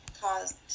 caused